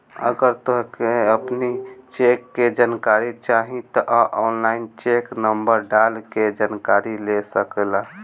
अगर तोहके अपनी चेक के जानकारी चाही तअ ऑनलाइन चेक नंबर डाल के जानकरी ले सकेला